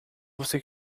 você